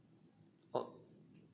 oo